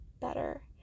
better